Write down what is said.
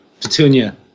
Petunia